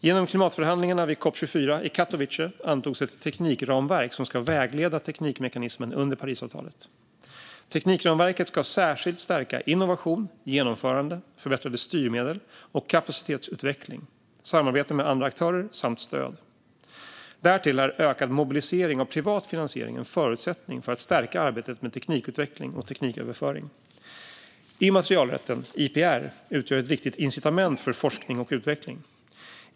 Genom klimatförhandlingarna vid COP 24 i Katowice antogs ett teknikramverk som ska vägleda teknikmekanismen under Parisavtalet. Teknikramverket ska särskilt stärka innovation, genomförande, förbättrade styrmedel, kapacitetsutveckling, samarbete med andra aktörer samt stöd. Därtill är ökad mobilisering av privat finansiering en förutsättning för att stärka arbetet med teknikutveckling och tekniköverföring. Immaterialrätten, IPR, utgör ett viktigt incitament för forskning och utveckling.